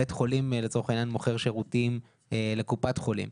בית חולים לצורך העניין מוכר שירותים לקופת חולים,